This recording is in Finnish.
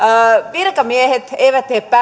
virkamiehet eivät tee